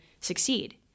succeed